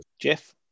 Jeff